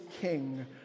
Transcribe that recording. king